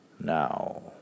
now